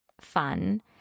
fun